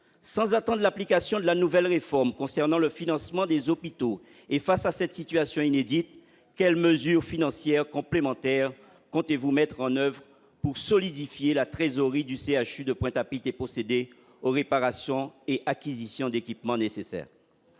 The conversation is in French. sans attendent l'application de la nouvelle réforme concernant le financement des hôpitaux et face à cette situation inédite : quelles mesures financières complémentaires comptez-vous mettre en oeuvre pour solidifier la trésorerie du CHU de Pointe-à-Pitre dépossédé aux réparations et acquisition d'équipements nécessaires.